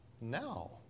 now